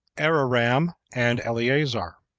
areram and eleazar.